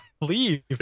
leave